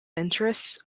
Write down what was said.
interests